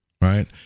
Right